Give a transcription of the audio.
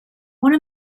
one